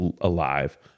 alive